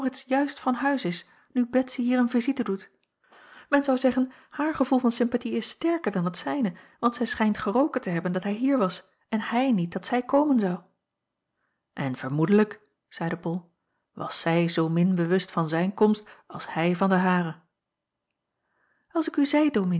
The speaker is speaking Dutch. juist van huis is nu betsy hier een vizite doet men zou zeggen haar gevoel van sympathie is sterker dan het zijne want zij schijnt geroken te hebben dat hij hier was en hij niet dat zij komen zou en vermoedelijk zeide bol was zij zoomin bewust van zijne komst als hij van de hare als ik u zeî dominee